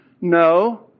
No